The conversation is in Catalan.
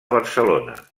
barcelona